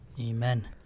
Amen